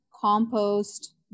compost